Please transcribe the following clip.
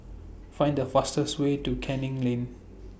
Find The fastest Way to Canning Lane